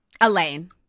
Elaine